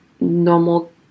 normal